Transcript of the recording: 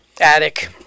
attic